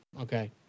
okay